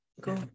go